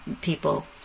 people